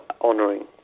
honouring